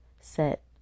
set